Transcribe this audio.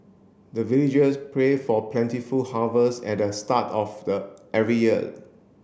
the villagers pray for plentiful harvest at the start of the every year